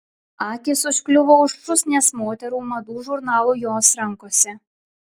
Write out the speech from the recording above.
akys užkliuvo už šūsnies moterų madų žurnalų jos rankose